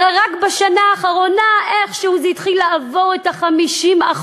הרי רק בשנה האחרונה איכשהו זה התחיל לעבור את ה-50%.